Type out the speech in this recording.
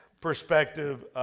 perspective